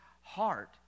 heart